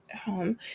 home